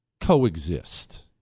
Coexist